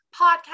podcast